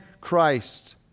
Christ